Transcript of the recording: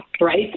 right